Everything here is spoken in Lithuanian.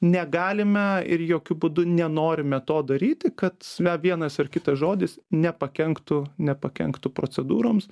negalime ir jokiu būdu nenorime to daryti kad na vienas ar kitas žodis nepakenktų nepakenktų procedūroms